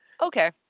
Okay